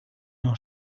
nou